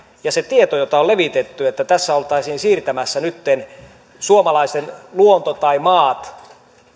ja se tieto jota on levitetty että tässä oltaisiin siirtämässä nyt suomalaisen luonto tai maat